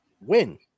win